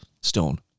Stone